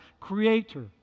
creator